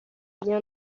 bien